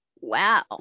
wow